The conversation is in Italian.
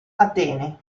atene